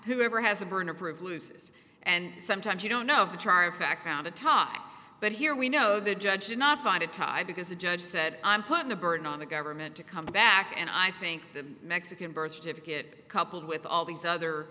who ever has the burden of proof loses and sometimes you don't know if the char fact found a topic but here we know the judge did not find a tie because the judge said i'm putting the burden on the government to come back and i think the mexican birth certificate coupled with all these other